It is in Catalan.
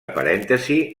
parèntesis